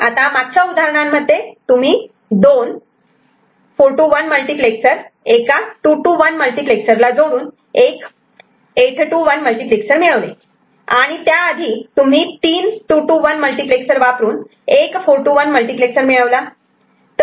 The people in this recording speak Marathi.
आता मागच्या उदाहरणांमध्ये तुम्ही दोन 4 to 1 मल्टिप्लेक्स सर एका 2 to 1 मल्टिप्लेक्सरला जोडून एक 8 to 1 मल्टिप्लेक्सर मिळवले आणि त्याआधी तुम्ही तीन 2 to 1 मल्टिप्लेक्सर वापरून एक 4 to 1 मल्टिप्लेक्सर मिळवला